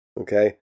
okay